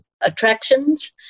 attractions